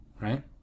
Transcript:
right